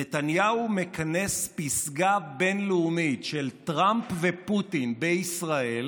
נתניהו מכנס פסגה בין-לאומית של טראמפ ופוטין בישראל,